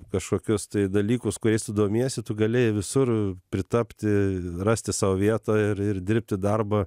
kažkokius dalykus kuriais tu domiesi tu galėjai visur pritapti rasti sau vietą ir ir dirbti darbą